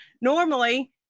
normally